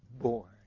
born